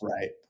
right